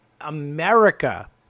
America